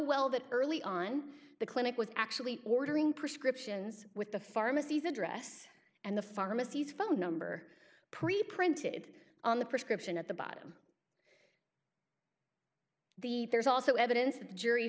well that early on the clinic was actually ordering prescriptions with the pharmacies address and the pharmacies phone number preprinted on the prescription at the bottom the there is also evidence that the jury